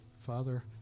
Father